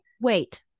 Wait